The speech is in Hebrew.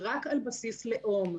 רק על בסיס לאום,